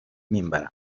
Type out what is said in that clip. minvarà